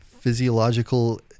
physiological